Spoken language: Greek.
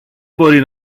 μπορεί